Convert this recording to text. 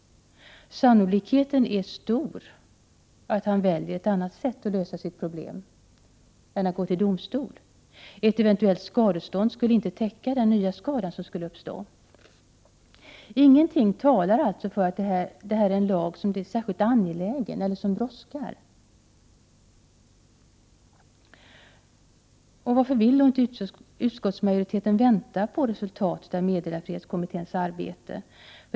Sannolikheten är stor att han väljer ett annat sätt att lösa sitt problem än att gå till domstol. Ett eventuellt skadestånd skulle inte täcka den nya skada som skulle uppstå. Ingenting talar alltså för att detta är en lag som är särskilt angelägen eller som brådskar. Varför vill inte utskottsmajoriteten vänta på resultatet av meddelarfrihetskommitténs arbete?